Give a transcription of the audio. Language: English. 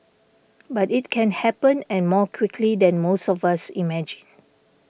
but it can happen and more quickly than most of us imagine